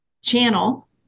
channel